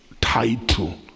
title